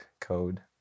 code